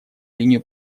линию